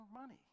money